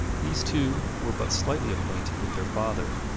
these two were but slightly acquainted with their father.